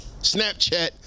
Snapchat